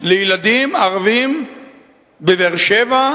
לילדים ערבים בבאר-שבע,